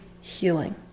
healing